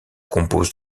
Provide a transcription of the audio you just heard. compose